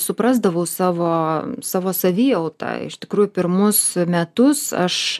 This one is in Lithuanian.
suprasdavau savo savo savijautą iš tikrųjų pirmus metus aš